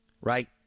Right